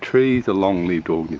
trees are long-lived ah